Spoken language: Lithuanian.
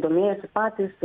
domėjosi patys